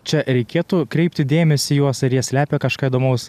čia reikėtų kreipti dėmesį į juos ar jie slepia kažką įdomaus